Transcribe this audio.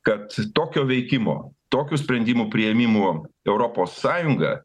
kad tokio veikimo tokių sprendimų priėmimų europos sąjunga